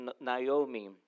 Naomi